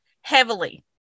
heavily